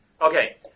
Okay